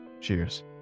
Cheers